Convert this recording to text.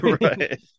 right